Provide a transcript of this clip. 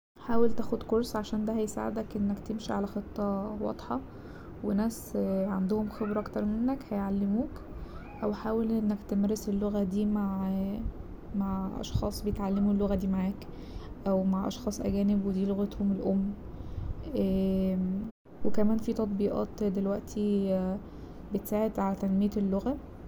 حاول تاخد كورس عشان ده هيساعدك انك تمشي على خطة واضحة وناس عندهم خبرة اكتر منك هيعلموك او حاول انك تمارس اللغة دي مع- مع أشخاص بيتعلموا اللغة دي معاك أو مع أشخاص أجانب ودي لغتهم الأم وكمان فيه تطبيقات دلوقتي بتساعد على تنمية اللغة.